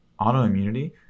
autoimmunity